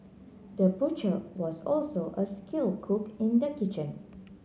the butcher was also a skill cook in the kitchen